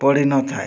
ପଡ଼ିନଥାଏ